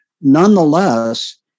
nonetheless